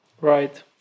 Right